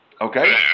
Okay